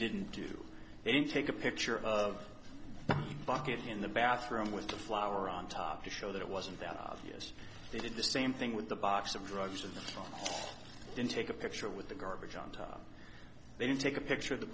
didn't do they didn't take a picture of the bucket in the bathroom with the flower on top to show that it wasn't that obvious they did the same thing with the box of drugs in the truck didn't take a picture with the garbage on top they didn't take a picture of the